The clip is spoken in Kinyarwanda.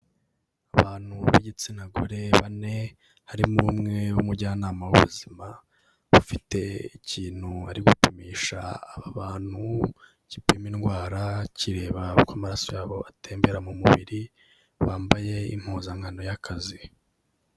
Abantu b'igitsina gore bane harimo umwe w'umujyanama w'ubuzima, ufite ikintu ari gupimisha aba bantu gipima indwara, kireba uko amasoso yabo atembera mu mubiri, bambaye impuzankano y'akazi.